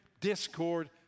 discord